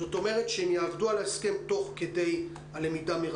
אני מדגיש והנהגים הדגישו שכדי שהם יוכלו